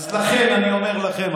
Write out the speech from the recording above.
אז לכן אני אומר לכם,